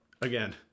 again